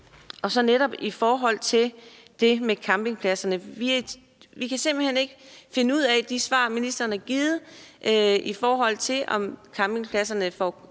Og så er der det med campingpladserne. Vi kan simpelt hen ikke finde ud af de svar, ministeren har givet, i forhold til om pladserne får